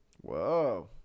Whoa